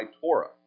Torah